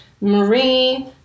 Marie